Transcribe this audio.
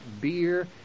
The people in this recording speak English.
beer